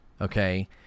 Okay